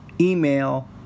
email